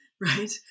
right